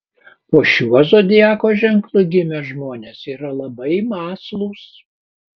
po šiuo zodiako ženklu gimę žmonės yra labai mąslūs